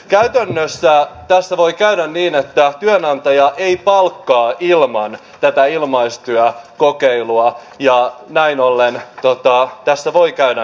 käytännössä tässä voi käydä niin että työnantaja ei palkkaa ilman tätä ilmaistyökokeilua ja näin ollen tässä voi käydä niin